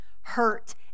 hurt